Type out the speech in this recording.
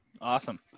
Awesome